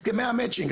הסכמי המצ'ינג,